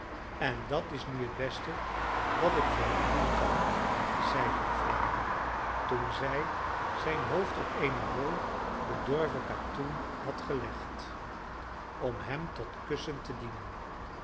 en dat is nu het beste wat ik voor u doen kan zeide de vrouw toen zij zijn hoofd op eene rol bedorven katoen had gelegd om hem tot kussen te dienen